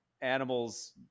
animals